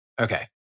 Okay